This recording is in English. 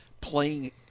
playing